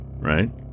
right